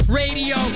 radio